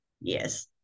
Yes